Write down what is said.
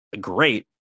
great